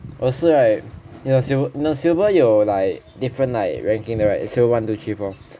我是 right 你懂 sil~ 你懂 silver 有 like different ranking 的 right like silver one two three four